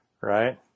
Right